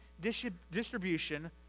distribution